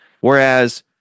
Whereas